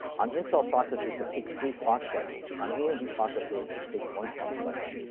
on intel processors, it takes three clock cycles. on amd processors, it takes one clock cycle.